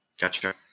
Gotcha